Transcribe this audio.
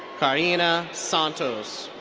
karina santos.